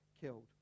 killed